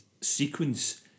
sequence